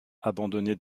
abandonné